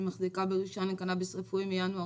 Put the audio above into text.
אני מחזיקה ברישיון לקנביס רפואי מינואר